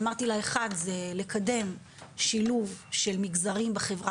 אמרתי לה אחד הוא לקדם שילוב של מגזרים בחברה